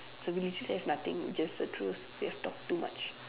so we literally have nothing just the truth we have talked too much